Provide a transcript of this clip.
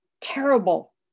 terrible